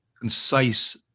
concise